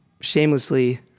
shamelessly